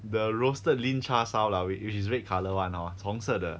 the roasted lean 叉烧 lah which is red colour one hour 红色的 hor